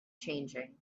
changing